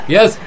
Yes